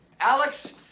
Alex